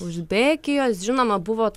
uzbekijos žinoma buvo